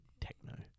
Techno